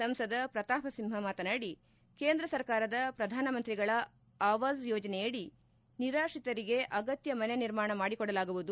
ಸಂಸದ ಪ್ರತಾಪ್ ಸಿಂಹ ಮಾತನಾಡಿ ಕೇಂದ್ರ ಸರ್ಕಾರದ ಪ್ರಧಾನ ಮಂತ್ರಿಗಳ ಆವಾಜ್ ಯೋಜನೆಯಡಿ ನಿರಾತ್ರಿತರಿಗೆ ಅಗತ್ಯ ಮನೆ ನಿರ್ಮಾಣ ಮಾಡಿಕೊಡಲಾಗುವುದು